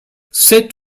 sept